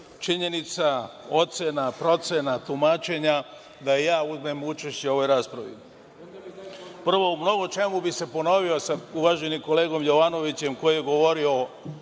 činjenica, ocena, procena, tumačenja, da i ja uzmem učešće u ovoj raspravi. Prvo, u mnogo čemu bi se ponovio sa uvaženim kolegom Jovanovićem koji je govorio